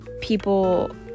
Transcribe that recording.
people